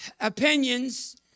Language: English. opinions